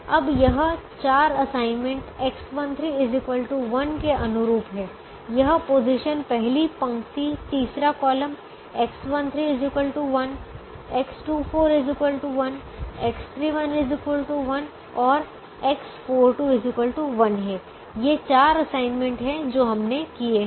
अब यह 4 assignment X13 1 के अनुरूप है यह पोज़िशन पहली पंक्ति तीसरा कॉलम X13 1 X24 1 X31 1 और X42 1 है ये 4 असाइनमेंट हैं जो हमने किए हैं